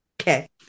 Okay